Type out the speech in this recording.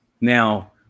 Now